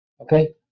okay